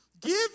give